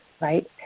right